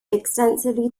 extensively